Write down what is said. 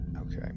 Okay